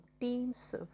teams